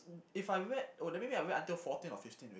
if I read oh then maybe I wait until fourteen or fifteen